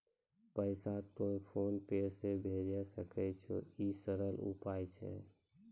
पैसा तोय PhonePe से भैजै सकै छौ? ई सरल उपाय छै?